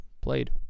played